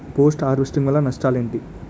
Post harvesting వల్ల నష్టాలు ఏంటి?